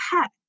pet